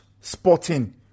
Sporting